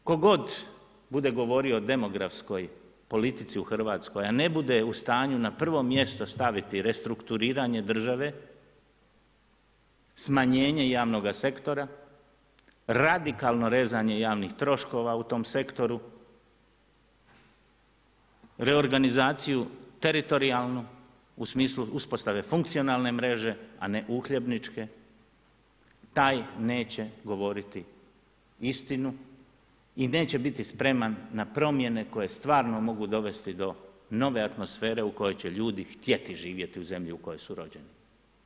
Tko god bude govorio o demografskoj politici u Hrvatskoj, a ne bude u stanju na prvo mjesto staviti restrukturiranje države, smanjenje javnoga sektora, radikalno rezanje javnih troškova u tom sektoru, reorganizaciju teritorijalnu, u smislu uspostave funkcionalne mreže, a ne uhljebničke, taj neće govoriti istinu i neće biti spreman na promjene koje stvarno mogu dovesti do nove atmosfere u kojoj će ljudi htjeti živjeti u zemlji u kojoj su rođeni.